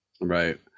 Right